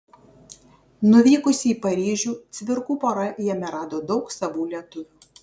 nuvykusi į paryžių cvirkų pora jame rado daug savų lietuvių